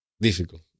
difficult